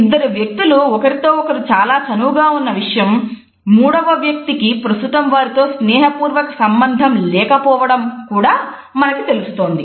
ఇద్దరు వ్యక్తులు ఒకరితో ఒకరు చాలా చనువుగా ఉన్న విషయం మూడవ వ్యక్తి కి ప్రస్తుతం వారితో స్నేహ పూర్వక సంబంధం లేకపోవడం కూడా మనకు తెలుస్తోంది